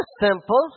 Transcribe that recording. simple